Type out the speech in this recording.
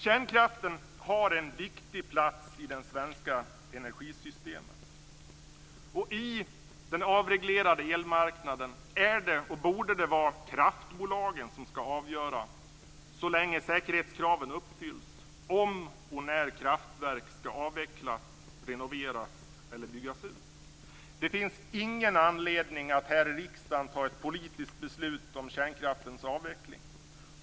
Kärnkraften har en viktig plats i det svenska energisystemet. På den avreglerade elmarknaden är det och borde det vara kraftbolagen som skall avgöra, så länge säkerhetskravet uppfylls, om och när kraftverk skall avvecklas, renoveras eller byggas ut. Det finns ingen anledning att här i riksdagen ta ett politiskt beslut om kärnkraftens avveckling.